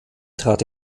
trat